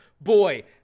boy